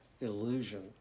illusion